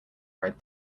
ride